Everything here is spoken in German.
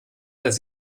dass